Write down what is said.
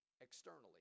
externally